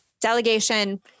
delegation